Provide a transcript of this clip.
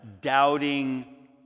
doubting